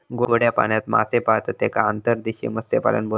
गोड्या पाण्यात मासे पाळतत तेका अंतर्देशीय मत्स्यपालन बोलतत